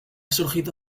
surgido